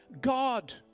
God